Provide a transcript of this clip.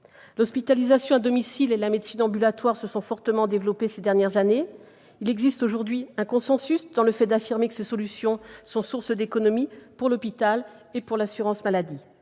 L'hospitalisation à domicile et la médecine ambulatoire se sont fortement développées ces dernières années. Il existe aujourd'hui un consensus pour affirmer que ces solutions sont source d'économies pour l'hôpital et pour l'assurance maladie.